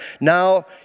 Now